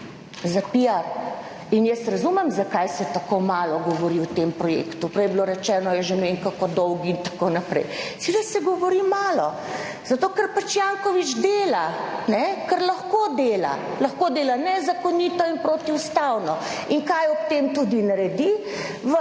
za piar. Jaz razumem zakaj se tako malo govori o tem projektu, prej je bilo rečeno, je že ne vem kako dolgi in tako naprej, sicer se govori malo zato, ker pač Janković dela, ker lahko dela, lahko dela nezakonito in protiustavno. Kaj ob tem tudi naredi?